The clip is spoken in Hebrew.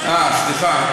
סליחה,